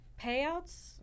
payouts